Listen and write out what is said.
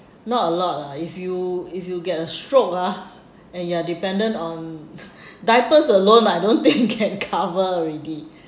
not a lot lah if you if you get a stroke ah and you are dependent on diapers alone I don't think can cover already